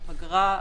הפגרה,